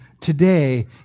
today